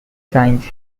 science